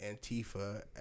Antifa